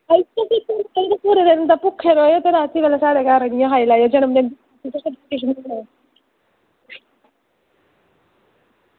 ते पूरा दिन भुक्खे दा ते रातीं बेल्लै साढ़े घर आह्नियै खाई लैएओ जनमदिन